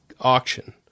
auction